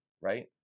right